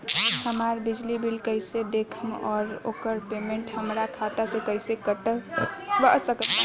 हमार बिजली बिल कईसे देखेमऔर आउर ओकर पेमेंट हमरा खाता से कईसे कटवा सकत बानी?